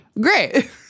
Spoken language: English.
Great